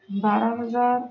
بارہ ہزار